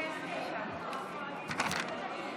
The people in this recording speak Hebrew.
בבקשה לשבת ולעטות מסכות.